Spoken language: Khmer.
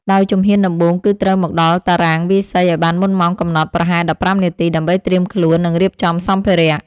ដោយជំហានដំបូង គឺត្រូវមកដល់តារាងវាយសីឱ្យបានមុនម៉ោងកំណត់ប្រហែល ១៥នាទី ដើម្បីត្រៀមខ្លួន និងរៀបចំសម្ភារៈ។